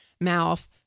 mouth